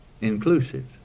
inclusive